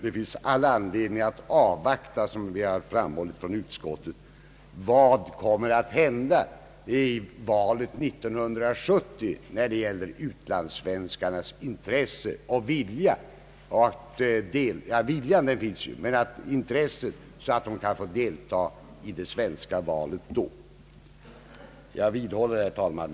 Det finns alla skäl att avvakta, vilket vi framhållit från utskottsmajoritetens sida, vad som kommer att hända i valet 1970 när det gäller utlandssvenskarnas intresse och vilja att delta. Herr talman! Jag vidhåller mitt yrkande.